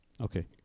Okay